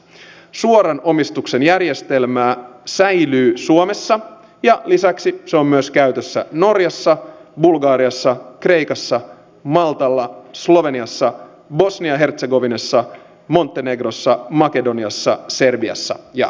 suoran omistuksen järjestelmä säilyy suomessa ja se on käytössä myös norjassa bulgariassa kreikassa maltalla sloveniassa bosnia ja hertsegovinassa montenegrossa makedoniassa serbiassa ja turkissa